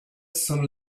some